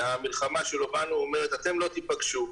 והמלחמה שלו בנו אומרת, אתם לא תיפגשו.